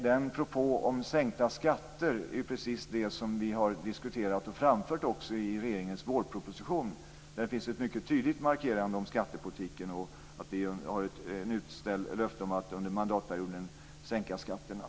Den propå om sänkta skatter som finns där är precis det som vi har diskuterat och framfört i regeringens vårproposition. Där finns det en mycket tydlig markering av skattepolitiken och vi ställer ut ett löfte om att sänka skatterna under mandatperioden.